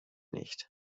nicht